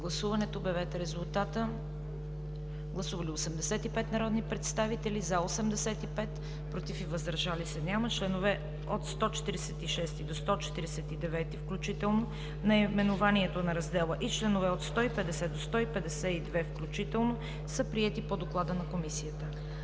гласуване. Гласували 85 народни представители: за 85, против и въздържали се няма. Членове от 146 до 149 включително, наименованието на Раздел VΙ и членове от 150 до 152 включително са приети по доклада на Комисията.